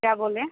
क्या बोलें